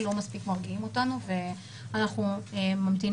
לא מספיק מרגיעים אותנו ואנחנו ממתינים.